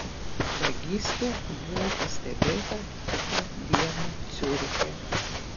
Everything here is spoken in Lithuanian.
vagystė buvo pastebėta kitą dieną ciuriche